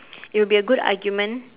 it'll be a good argument